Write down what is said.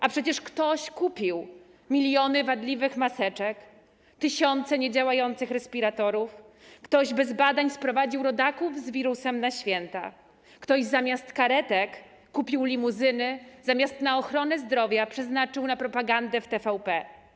A przecież ktoś kupił miliony wadliwych maseczek, tysiące niedziałających respiratorów, ktoś bez badań sprowadził rodaków z wirusem na święta, ktoś zamiast karetek kupił limuzyny, zamiast na ochronę zdrowia przeznaczył, wydał na propagandę w TVP.